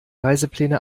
reisepläne